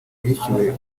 yishyuwe